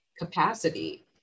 capacity